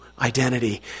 identity